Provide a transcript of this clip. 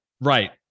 Right